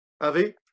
Avi